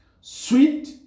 Sweet